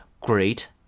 great